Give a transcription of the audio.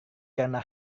karena